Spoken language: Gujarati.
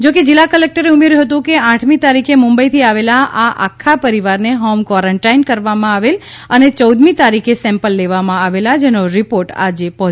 જોકે જિલ્લા કલેક્ટરે ઉમેર્યું હતું કે આઠમી તારીખે મુંબઈ થી આવેલ આખા પરિવારને હોમ ક્વોરંન્ટીન કરવામાં આવેલ અને ચૌદમી તારીખે સેમ્પલ લેવામાં આવેલ જેનો રિપોર્ટ આજે પોઝિટિવ આવ્યો છે